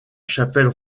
chapelle